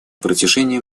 протяжении